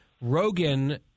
Rogan